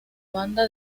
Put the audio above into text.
banda